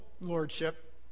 Lordship